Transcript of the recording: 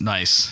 Nice